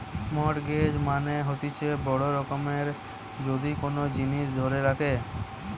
mortgage মানে হতিছে বড় রকমের যদি কোন জিনিস ধরে রাখে